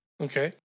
Okay